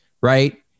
right